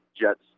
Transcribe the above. Jets